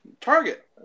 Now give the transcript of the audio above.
Target